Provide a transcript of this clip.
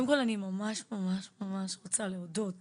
קודם כל אני ממש רוצה להודות